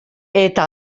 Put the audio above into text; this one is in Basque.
eta